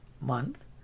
month